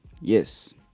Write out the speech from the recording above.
yes